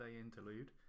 interlude